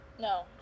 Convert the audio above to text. No